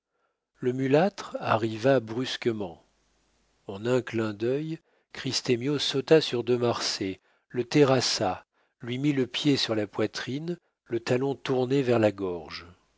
le mulâtre arriva brusquement en un clin d'œil christemio sauta sur de marsay le terrassa lui mit le pied sur la poitrine le talon tourné vers la gorge